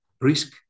risk